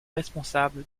responsable